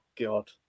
God